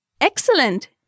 excellent